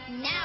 Now